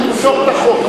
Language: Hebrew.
עזוב את החוק,